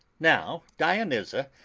now dionyza,